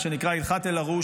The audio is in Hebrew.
מה שנקרא הלכת אלהרוש,